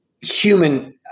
human